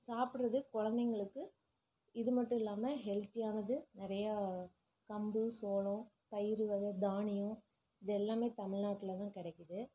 சாப்பிட்றது குழந்தைங்களுக்கு இது மட்டும் இல்லாமல் ஹெல்தியானது நிறையா கம்பு சோளம் பயிறு வகை தானியம் இது எல்லாமே தமிழ்நாட்டில்தான் கிடைக்கிது